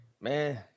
man